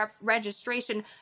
registration